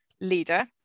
leader